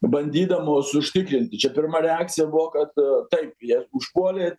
bandydamos užtikrinti čia pirma reakcija buvo kad taip jie užpuolė